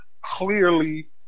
clearly